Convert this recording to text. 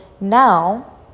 now